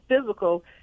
physical